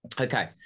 okay